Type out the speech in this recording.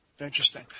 Interesting